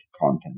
content